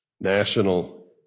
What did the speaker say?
national